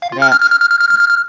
र